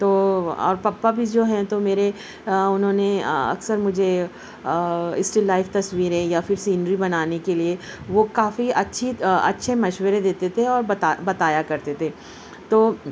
تو اور پپا بھی جو ہیں تو میرے انہوں نے اکثر مجھے اسٹل لائف تصویریں یا پھر سینری بنانے کے لیے وہ کافی اچھی اچھے مشورے دیتے تھے اور بتا بتایا کرتے تھے تو